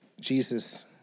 Jesus